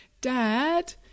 dad